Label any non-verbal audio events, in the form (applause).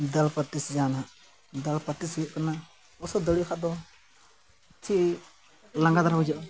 ᱫᱟᱹᱲ ᱯᱮᱠᱴᱤᱥ ᱡᱟᱦᱟᱸ ᱱᱟᱦᱟᱜ ᱫᱟᱹᱲ ᱯᱮᱠᱴᱤᱥ ᱦᱩᱭᱩᱜ ᱠᱟᱱᱟ (unintelligible) ᱫᱟᱲᱮᱭᱟᱜ ᱠᱷᱟᱡ ᱫᱚ ᱪᱤ ᱞᱟᱸᱜᱟ ᱫᱷᱟᱨᱮ ᱵᱩᱡᱩᱜᱼᱟ